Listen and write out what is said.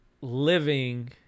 living